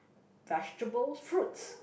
vegetables fruits